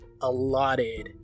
allotted